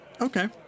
Okay